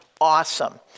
awesome